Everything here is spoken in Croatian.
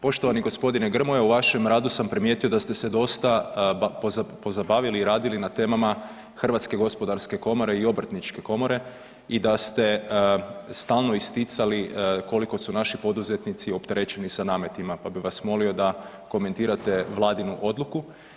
Poštovani gospodine Grmoja u vašem radu sam primijetio da ste se dosta pozabavili i radili na temama Hrvatske gospodarske komore i Obrtničke komore i da ste stalno isticali koliko su naši poduzetnici opterećeni sa nametima, pa bih vas molio da komentirate Vladinu odluku.